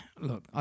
Look